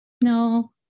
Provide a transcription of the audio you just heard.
no